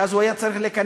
ואז הוא היה צריך להיכנס.